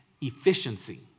efficiency